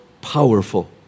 powerful